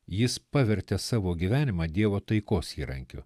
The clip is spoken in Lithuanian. jis pavertė savo gyvenimą dievo taikos įrankiu